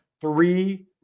three